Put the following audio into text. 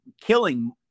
killing